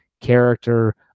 character